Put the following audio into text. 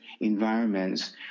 environments